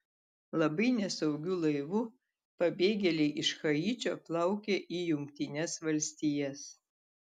labai nesaugiu laivu pabėgėliai iš haičio plaukia į jungtines valstijas